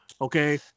Okay